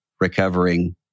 recovering